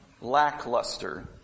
lackluster